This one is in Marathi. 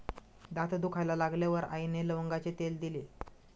दात दुखायला लागल्यावर आईने लवंगाचे तेल दिले